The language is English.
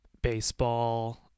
Baseball